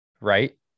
right